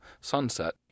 sunset